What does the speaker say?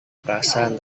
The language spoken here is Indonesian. perasaan